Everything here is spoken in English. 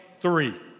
three